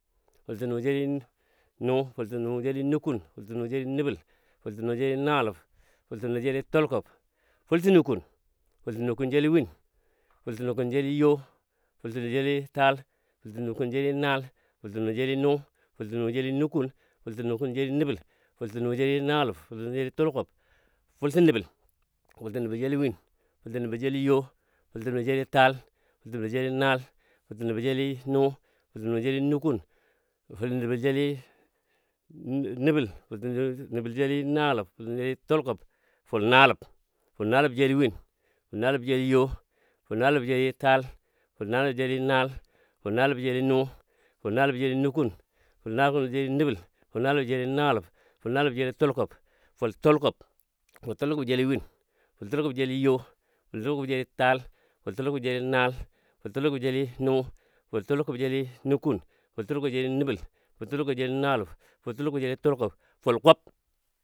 fultənu jeli nu, fultə nu jeli nukun, fultənu jeli nəbəl, fultənu jeli naa ləb, fultə nu jəli tulkub, fultə nukun, fultə nukun jeli win, fultə nukun jeli yo, fultə nu jeli taa, fultə nukun jeli naal, fultə nu jeli nu, fultə nu jeli nukun, fultə nukun jeli nəbəl, fultə nu jeli naləb, fultə nu jeli naaləb, fultənu jeli tulkub. fultu nəbəl. fultə nəbəl jeli win, fultu nəbəl jeli yo, fultə nəbəl jeli taal, fultə nəbəl jeli naal, fultə nəbəl jeli nu, fultə nəbəl jeli nukun, fulnəbɔ jeli nəbəl, fultə nə nəbɔ jeli naaləb, fultən jeli tulkubɔ. fulnaaləb, fulnaaləb jeli win, fulnaaləb jeli yo, fulnaaləb jeli taal, fulnaaləb jeli naal. fulnaaləb jeli nu, fulnaaləb jeli nukun, fulnaagələb jeli nəbəl, fulnaaləb jeli naaləb, fulnaaləb jeli tulkub. Fultəlkub, fultəlkub jeli win. fultəlkub jeli yo. fultəlkub jelinaal. fultəlkub jeli nu. fultəlkub jeli nukun, fultəlkub jeli nəbəl. fultəlkub jeli naaləb, fultəkub jeli təlkub. fulkub.